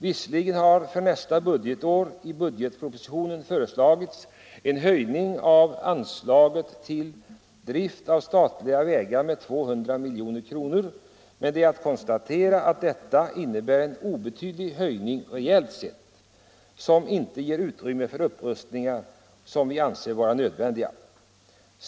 Visserligen har för nästa budgetår i budgetpropositionen föreslagits en höjning av anslaget till drift av statliga vägar med 200 milj.kr., men det är att konstatera att detta innebär en obetydlig höjning reellt sett, som inte ger utrymme för upprustningar som vi anser vara nödvändiga.